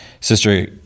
Sister